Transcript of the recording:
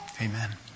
Amen